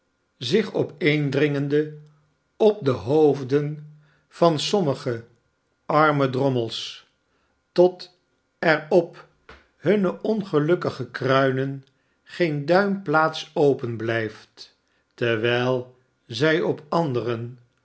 zich opeendringende op de hoofden van sommige barnaby rudge edward chester en zijn vader arme drommels tot er op hunne ongelukkige kruinen geen duim plaats open blijft terwijl zij op anderen